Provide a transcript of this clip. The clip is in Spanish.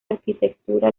arquitectura